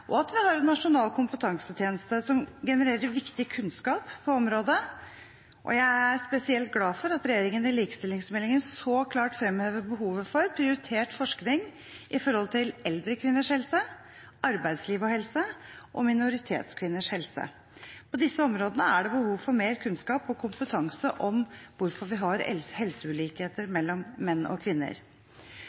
og at vi har en nasjonal kompetansetjeneste som genererer viktig kunnskap på området. Jeg er spesielt glad for at regjeringen i likestillingsmeldingen så klart fremhever behovet for prioritert forskning på eldre kvinners helse, arbeidsliv og helse og minoritetskvinners helse. På disse områdene er det behov for mer kunnskap og kompetanse om hvorfor vi har helseulikheter mellom menn og kvinner.